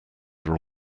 are